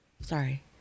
Sorry